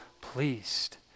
pleased